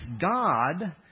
God